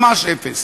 ממש אפס.